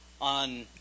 on